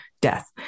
death